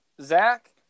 Zach